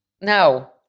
No